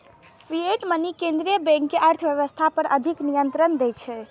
fiat money केंद्रीय bank कें अर्थव्यवस्था पर अधिक नियंत्रण दै छै